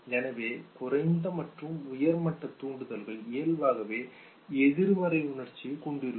எனவே குறைந்த மற்றும் உயர் மட்ட தூண்டுதல்கள் இயல்பாகவே எதிர்மறை உணர்ச்சியைக் கொண்டிருக்கும்